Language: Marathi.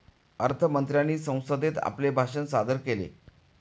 अर्थ मंत्र्यांनी संसदेत आपले भाषण सादर केले